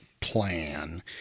plan